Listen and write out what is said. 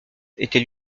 était